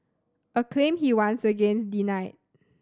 a claim he once again denied